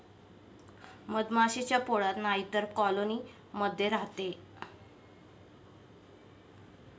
मधमाशी पोळ्यात नाहीतर कॉलोनी मध्ये राहते